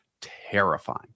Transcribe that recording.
terrifying